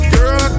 Girl